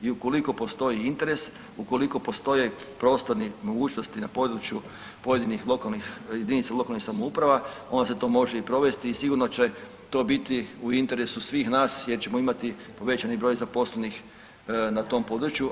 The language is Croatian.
I ukoliko postoji interes, ukoliko postoje prostorne mogućnosti na području pojedinih jedinica lokalnih samouprava onda se to može i provesti i sigurno će to biti u interesu svih nas jer ćemo imati povećani broj zaposlenih na tom području.